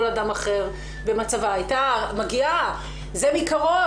אדם אחר במצבה היתה מגיעה זה מקרוב,